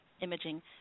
imaging